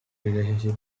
relationship